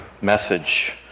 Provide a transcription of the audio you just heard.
message